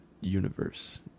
universe